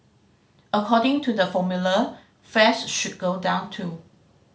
according to the formula fares should go down too